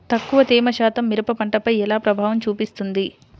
తక్కువ తేమ శాతం మిరప పంటపై ఎలా ప్రభావం చూపిస్తుంది?